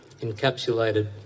encapsulated